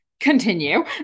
continue